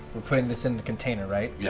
we're putting this in the container, right? yeah